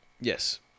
Yes